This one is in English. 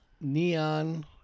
Neon